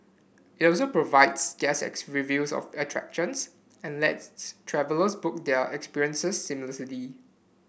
it also provides reviews of attractions and lets travellers book their experiences seamlessly